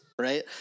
right